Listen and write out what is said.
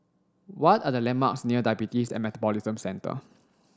what are the landmarks near Diabetes and Metabolism Centre